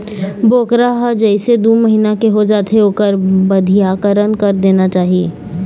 बोकरा ह जइसे दू महिना के हो जाथे ओखर बधियाकरन कर देना चाही